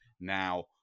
now